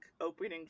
opening